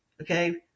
okay